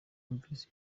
bumvise